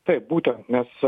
taip būtent nes